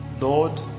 Lord